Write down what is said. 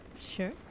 Sure